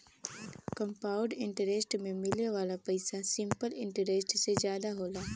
compound interest में मिले वाला पइसा सिंपल इंटरेस्ट से जादा होला